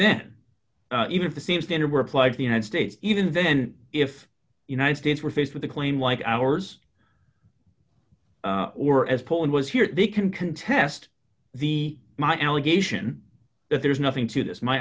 then even if the same standard were applied the united states even then if united states were faced with a claim like ours or as poland was here they can contest my allegation that there's nothing to this my